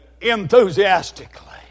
enthusiastically